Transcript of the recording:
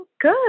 good